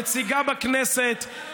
נציגה בכנסת,